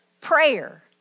prayer